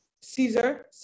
Caesar